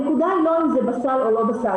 הנקודה היא לא אם זה בסל או לא בסל,